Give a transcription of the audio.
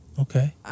Okay